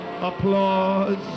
applause